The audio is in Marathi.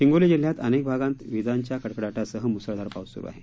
हिंगोली जिल्ह्यात अनेक भागात विजांच्या कडकडाटासह मुसळधार पाऊस सुरू आहे